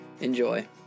Enjoy